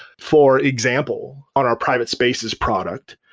for example on our private spaces product,